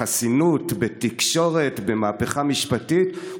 בחסינות, בתקשורת, במהפכה משפטית.